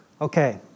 Okay